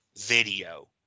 video